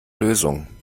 lösung